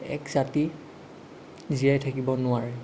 এক জাতি জীয়াই থাকিব নোৱাৰে